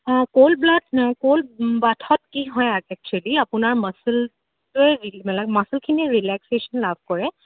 cold bath cold বাথত কি হয় একচুৱেলি আপোনাৰ মাচ্লেইবিলাক মাচ্লছখিনি ৰিলেস্কচেচন লাভ কৰে